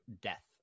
death